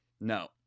No